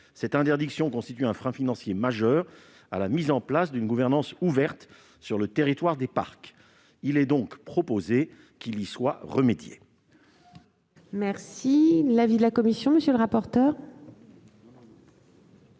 Cette interdiction constitue un frein financier majeur à la mise en place d'une gouvernance ouverte sur le territoire des parcs. Il est donc proposé d'y remédier.